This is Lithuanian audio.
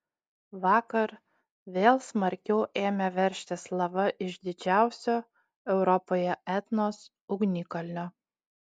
vakar vėl smarkiau ėmė veržtis lava iš didžiausio europoje etnos ugnikalnio